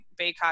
Baycott